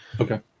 Okay